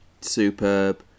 superb